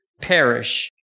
perish